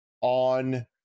on